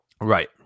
Right